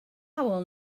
will